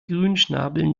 grünschnabel